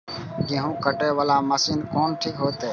गेहूं कटे वाला मशीन कोन ठीक होते?